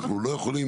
אנחנו לא יכולים,